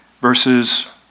verses